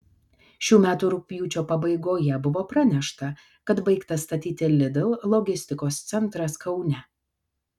šių metų rugpjūčio pabaigoje buvo pranešta kad baigtas statyti lidl logistikos centras kaune